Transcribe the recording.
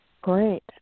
Great